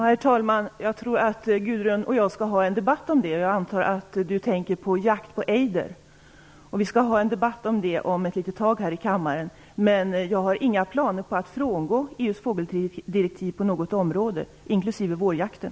Herr talman! Jag tror att Gudrun Lindvall och jag skall ha en debatt om detta. Jag antar att hon tänker på jakt på ejder. Vi skall ha en debatt om detta om ett litet tag här i kammaren. Jag har inga planer på att frångå EU:s fågeldirektiv på något område, inklusive vårjakten.